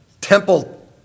temple